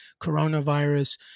coronavirus